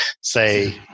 say